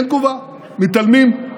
אין תגובה, מתעלמים.